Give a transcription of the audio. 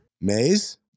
Maze